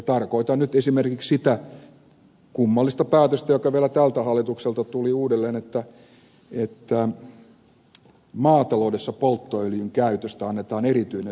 tarkoitan nyt esimerkiksi sitä kummallista päätöstä joka vielä tältä hallitukselta tuli uudelleen että maataloudessa polttoöljyn käytöstä annetaan erityinen verovähennys